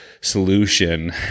solution